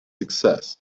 success